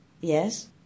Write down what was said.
yes